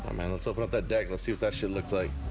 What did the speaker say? man let's open up that deck. let's see what that should look like